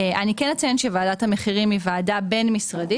אני כן אציין שוועדת המחירים היא ועדה בין-משרדית.